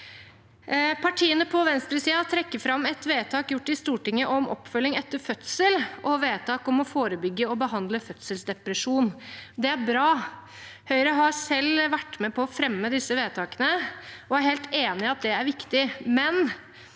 Partiene på venstresiden trekker fram et vedtak gjort i Stortinget om oppfølging etter fødsel og vedtak om å forebygge og behandle fødselsdepresjon. Det er bra. Høyre har selv vært med på å fremme disse vedtakene og er helt enig i at det er viktig. Men